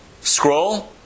scroll